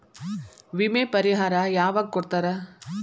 ವಿಮೆ ಪರಿಹಾರ ಯಾವಾಗ್ ಕೊಡ್ತಾರ?